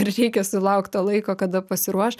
ir reikia sulaukt to laiko kada pasiruoš